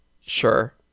Sure